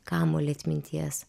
kamuolį atminties